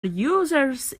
users